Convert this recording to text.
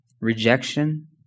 rejection